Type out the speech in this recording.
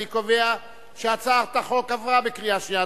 אני קובע שהצעת החוק עברה בקריאה שנייה.